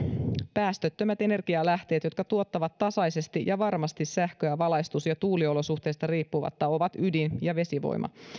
päästöttömät energialähteet jotka tuottavat tasaisesti ja varmasti sähköä valaistus ja tuuliolosuhteista riippumatta ovat ydin ja vesivoima